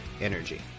energy